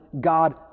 God